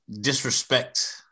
disrespect